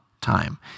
time